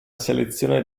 selezione